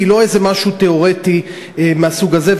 היא לא איזה משהו תיאורטי מהסוג הזה,